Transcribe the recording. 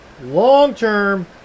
long-term